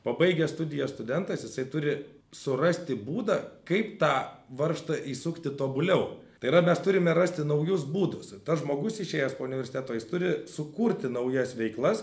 pabaigęs studijas studentas jisai turi surasti būdą kaip tą varžtą įsukti tobuliau tai yra mes turime rasti naujus būdus tas žmogus išėjęs po universiteto jis turi sukurti naujas veiklas